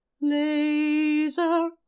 laser